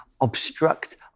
obstruct